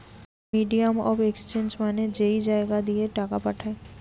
medium of exchange মানে যেই জাগা দিয়ে টাকা পাঠায়